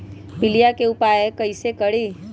पीलिया के उपाय कई से करी?